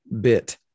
bit